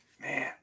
Man